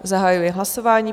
Zahajuji hlasování.